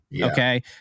okay